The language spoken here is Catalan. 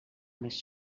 més